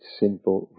simple